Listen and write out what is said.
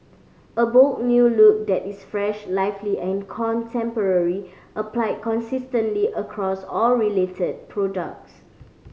a bold new look that is fresh lively and contemporary applied consistently across all related products